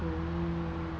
oh